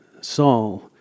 Saul